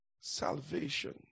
salvation